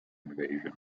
invasion